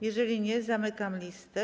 Jeżeli nie, to zamykam listę.